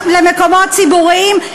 רבנים הזויים.